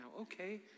Okay